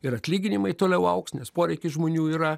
ir atlyginimai toliau augs nes poreikis žmonių yra